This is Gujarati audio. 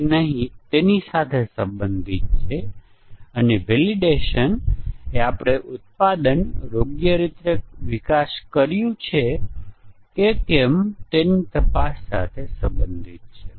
તે એક સરળ ફાઇલ રીડર હોઈ શકે છે જે ફાઇલમાંથી થોડો ડેટા વાંચે છે અથવા ફાઇલમાં થોડો ડેટા લખે છે અથવા વપરાશકર્તા ઇન્ટરફેસ પર કંઈક ડિસ્પ્લે લખે છે